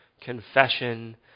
confession